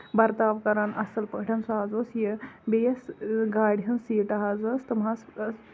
برتاو کران اَصٕل پٲٹھۍ سُہ حظ اوس یہِ بیٚیِس گاڈِ ہنز سیٖٹہٕ حظ ٲس تِم آس